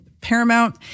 paramount